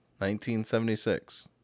1976